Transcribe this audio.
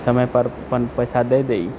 समय पर अपन पैसा दए दी